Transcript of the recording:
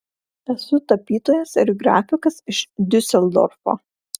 esu tapytojas ir grafikas iš diuseldorfo